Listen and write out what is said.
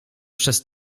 przez